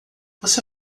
você